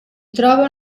trova